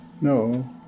No